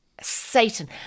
Satan